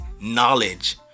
knowledge